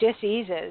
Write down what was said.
diseases